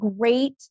great